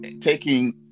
taking